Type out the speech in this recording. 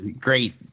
great